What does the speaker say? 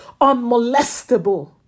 unmolestable